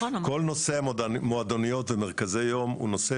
כל נושא המועדוניות ומרכזי היום הוא נושא